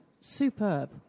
Superb